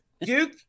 Duke